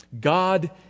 God